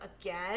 again